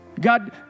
God